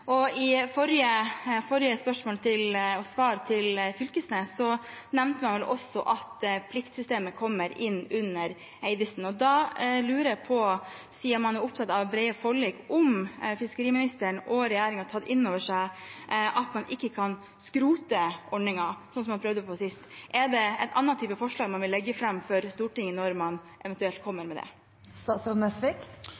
og i det forrige spørsmålet, i svaret til Knag Fylkesnes, nevnte han vel også at pliktsystemet kommer inn under Eidesen-utvalget. Da lurer jeg på, siden man er opptatt av brede forlik, om fiskeriministeren og regjeringen har tatt inn over seg at man ikke kan skrote ordningen, slik man prøvde på sist? Vil man legge fram en annen type forslag for Stortinget når man eventuelt kommer